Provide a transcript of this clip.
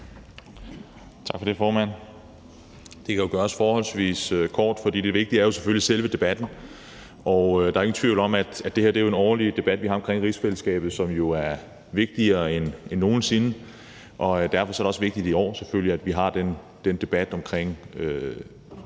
Tak for det, formand. Det kan gøres forholdsvis kort, for det vigtige er selvfølgelig selve debatten. Der er ingen tvivl om, at det her jo er en årlig debat, vi har om rigsfællesskabet, som er vigtigere end nogen sinde. Derfor er det selvfølgelig også vigtigt i år, at vi har en debat om tilstanden i rigsfællesskabet.